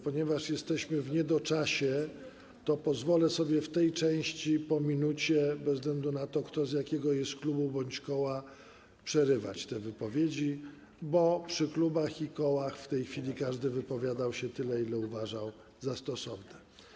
Ponieważ jesteśmy w niedoczasie, to pozwolę sobie w tej części po 1 minucie, bez względu na to, kto z jakiego jest klubu bądź koła, przerywać wypowiedzi, bo przy wystąpieniach klubów i kół w tej chwili każdy wypowiadał się tyle, ile uważał za stosowne.